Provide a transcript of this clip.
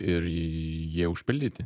ir jie užpildyti